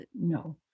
no